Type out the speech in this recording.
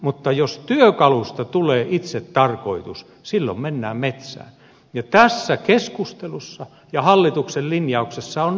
mutta jos työkalusta tulee itsetarkoitus silloin mennään metsään ja tässä keskustelussa ja hallituksen linjauksessa on näin käynyt